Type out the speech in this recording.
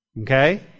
Okay